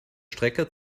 strecke